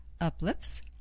uplifts